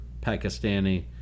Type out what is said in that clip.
Pakistani